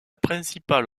principale